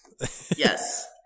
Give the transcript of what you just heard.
Yes